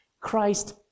Christ